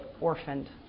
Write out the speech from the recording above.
orphaned